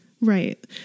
right